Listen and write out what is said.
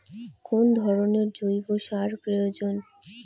কোন ধরণের জৈব সার প্রয়োজন?